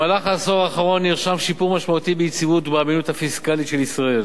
בעשור האחרון נרשם שיפור משמעותי ביציבות ובאמינות הפיסקלית של ישראל.